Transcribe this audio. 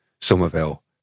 Somerville